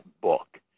book